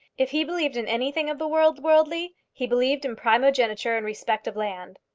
if he believed in anything of the world worldly, he believed in primogeniture in respect of land.